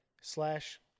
Slash